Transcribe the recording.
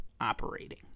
operating